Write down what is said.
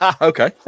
okay